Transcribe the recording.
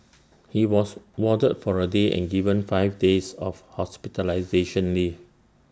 he was warded for A day and given five days of hospitalisation leave